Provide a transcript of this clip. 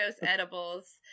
edibles